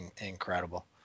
incredible